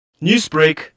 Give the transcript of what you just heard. Newsbreak